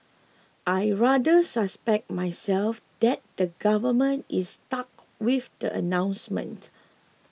I rather suspect myself that the government is stuck with that announcement